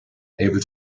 able